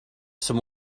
some